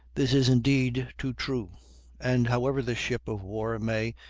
this is indeed too true and however the ship of war may,